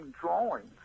drawings